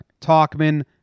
Talkman